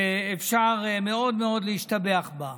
ואפשר מאוד מאוד להשתבח בה.